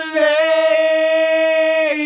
lay